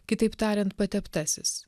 kitaip tariant pateptasis